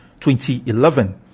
2011